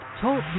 TALK